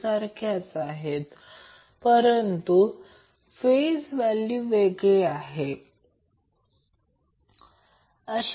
2° ची मग्नित्यूड मिळते म्हणून 1